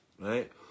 right